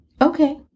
Okay